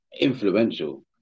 influential